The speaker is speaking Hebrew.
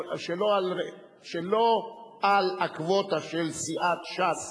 שלא על הקווטה של סיעת ש"ס.